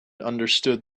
understood